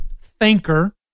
thinker